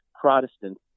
Protestant